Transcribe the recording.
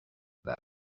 that